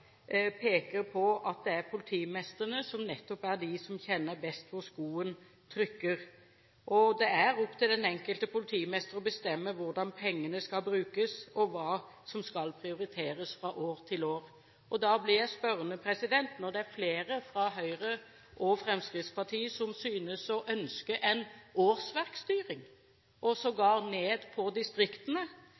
peker på at politimestrene nettopp er de som kjenner best hvor skoen trykker. Det er opp til den enkelte politimester å bestemme hvordan pengene skal brukes, og hva som skal prioriteres fra år til år. Da blir jeg spørrende når det er flere fra Høyre og Fremskrittspartiet som synes å ønske en årsverkstyring, og sågar for distriktene,